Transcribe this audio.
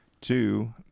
two